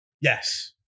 Yes